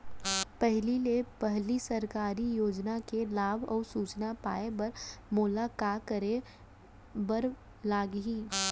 पहिले ले पहिली सरकारी योजना के लाभ अऊ सूचना पाए बर मोला का करे बर लागही?